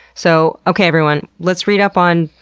so okay everyone, let's read up on,